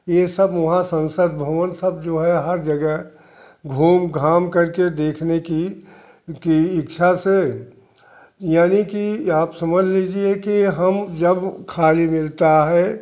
ये सब वहाँ संसद भवन सब जो है हर जगह घूम घाम करके देखने की इच्छा से यानि कि आप समझ लीजिए कि हम जब खाली मिलता है